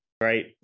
Right